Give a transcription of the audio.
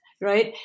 Right